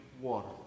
water